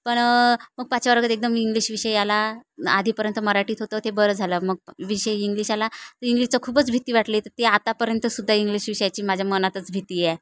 पण मग पाच वर्गात एकदम इंग्लिश विषय आला आधीपर्यंत मराठीत होतं ते बरं झालं मग विषय इंग्लिश आला तर इंग्लिशचं खूपच भीती वाटली तर ते आतापर्यंत सुद्धा इंग्लिश विषयाची माझ्या मनातच भीती आहे